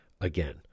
again